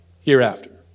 hereafter